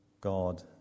God